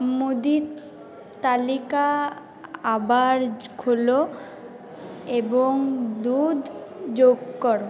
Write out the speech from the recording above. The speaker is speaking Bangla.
মুদি তালিকা আবার খোলো এবং দুধ যোগ করো